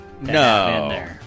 No